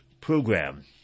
program